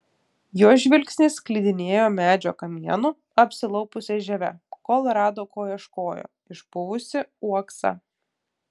jos žvilgsnis klydinėjo medžio kamienu apsilaupiusia žieve kol rado ko ieškojo išpuvusį uoksą